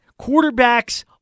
Quarterbacks